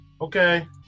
Okay